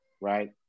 right